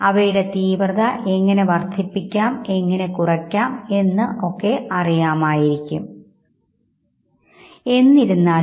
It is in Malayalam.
അവരെ കണ്ടുമുട്ടിയതിൽ നിങ്ങൾക്ക് സന്തോഷമുണ്ടെന്നും സന്തോഷം ഇല്ലെന്നും മേൽ ചോദ്യങ്ങളുംഉത്തരങ്ങളും സൂചിപ്പിക്കുന്നില്ല